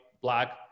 black